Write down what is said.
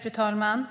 Fru talman!